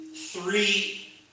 three